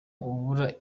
ubura